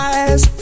Eyes